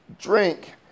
drink